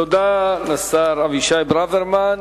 תודה לשר אבישי ברוורמן.